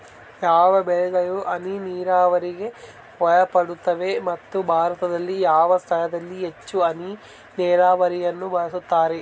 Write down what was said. ಯಾವ ಬೆಳೆಗಳು ಹನಿ ನೇರಾವರಿಗೆ ಒಳಪಡುತ್ತವೆ ಮತ್ತು ಭಾರತದಲ್ಲಿ ಯಾವ ಸ್ಥಳದಲ್ಲಿ ಹೆಚ್ಚು ಹನಿ ನೇರಾವರಿಯನ್ನು ಬಳಸುತ್ತಾರೆ?